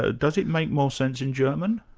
ah does it make more sense in german?